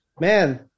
man